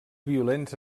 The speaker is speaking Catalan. violents